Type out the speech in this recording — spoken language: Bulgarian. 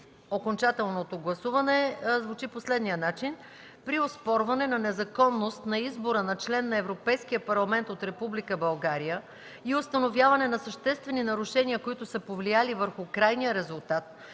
окончателното гласуване, звучи по следния начин: „При оспорване на незаконност на избора на член на Европейския парламент от Република България и установяване на съществени нарушения, които са повлияли върху крайния резултат,